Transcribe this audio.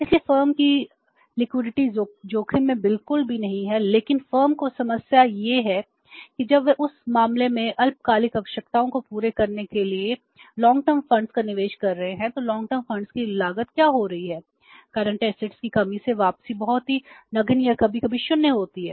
इसलिए फर्म की तरलता जोखिम में बिल्कुल भी नहीं है लेकिन फर्म को समस्या यह है कि जब वे उस मामले में अल्पकालिक आवश्यकताओं को पूरा करने के लिए दीर्घकालिक फंड की कमी से वापसी बहुत ही नगण्य या कभी कभी शून्य होती है